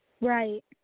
Right